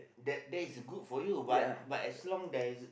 that that is good for you but but as long there's